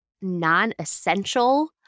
non-essential